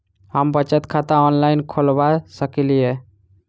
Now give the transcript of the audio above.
हम बचत खाता ऑनलाइन खोलबा सकलिये?